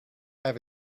have